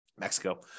Mexico